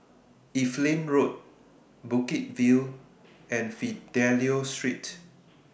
Evelyn Road Bukit View and Fidelio Street